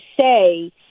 say